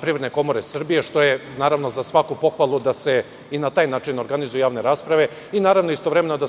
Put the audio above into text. Privredne komore Srbije, što je naravno za svaku pohvalu da se i na taj način organizuju javne rasprave, i naravno istovremeno da